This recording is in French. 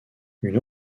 une